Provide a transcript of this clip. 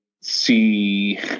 see